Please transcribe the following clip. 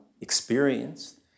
experienced